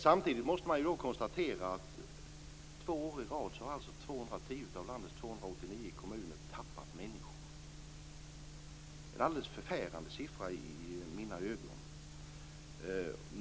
Samtidigt måste man konstatera att två år i rad har 210 av landets 289 kommuner tappat människor. Det är en alldeles förfärande siffra i mina ögon.